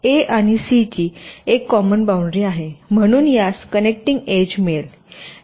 ए आणि सी ची एक कॉमन बाउंडरी आहे म्हणून यास कनेक्टिंग एक एज मिळेल